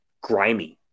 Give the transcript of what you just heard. grimy